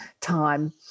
time